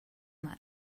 that